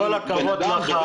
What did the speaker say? עם כל הכבוד לך,